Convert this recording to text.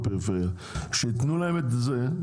שייתנו להם את זה,